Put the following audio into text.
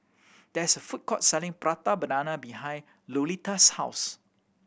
there is a food court selling Prata Banana behind Lolita's house